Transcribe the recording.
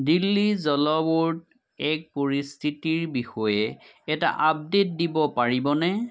দিল্লী জল ব'ৰ্ডে পৰিস্থিতিৰ বিষয়ে এটা আপডেট দিব পাৰিবনে